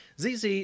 ZZ